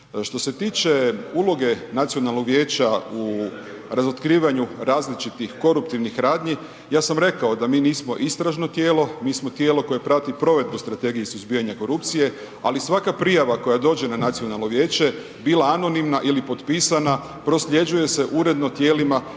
Što se tiče uloge nacionalnog vijeća u razotkrivanju različitih koruptivnih radnji ja sam rekao da mi nismo istražno tijelo, mi smo tijelo koje prati provedbu strategije i suzbijanje korupcije, ali svaka prijava koja dođe na nacionalno vijeće bila anonimna ili potpisana prosljeđuje se uredno tijelima